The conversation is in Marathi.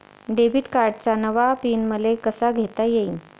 डेबिट कार्डचा नवा पिन मले कसा घेता येईन?